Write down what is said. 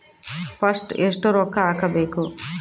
First ಎಷ್ಟು ರೊಕ್ಕ ಹಾಕಬೇಕು?